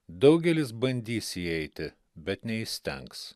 daugelis bandys įeiti bet neįstengs